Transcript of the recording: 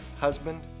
husband